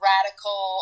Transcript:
Radical